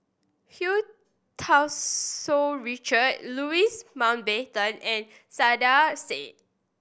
Hu Tau Tsu Richard Louis Mountbatten and Saiedah Said